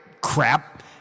crap